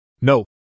No